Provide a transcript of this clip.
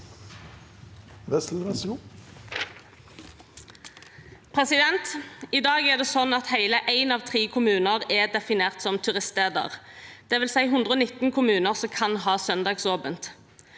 I dag er det sånn at hele én av tre kommuner er definert som turiststed, dvs. at det er 119 kommuner som kan ha søndagsåpent.